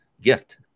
gift